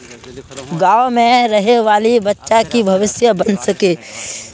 गाँव में रहे वाले बच्चा की भविष्य बन सके?